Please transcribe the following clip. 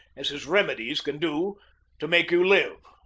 as his remedies can do to make you live.